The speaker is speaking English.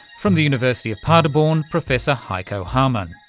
from the university of paderborn, professor heiko hamann.